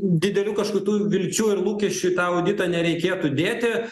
didelių kažkokių vilčių ir lūkesčių į tą auditą nereikėtų dėti